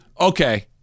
Okay